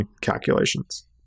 calculations